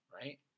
right